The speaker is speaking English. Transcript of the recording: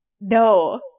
No